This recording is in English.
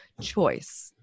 choice